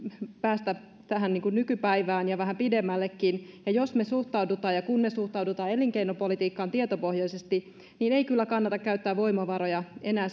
päästä tähän nykypäivään ja vähän pidemmällekin ja jos me suhtaudumme ja kun me suhtaudumme elinkeinopolitiikkaan tietopohjaisesti niin ei kyllä kannata käyttää voimavaroja enää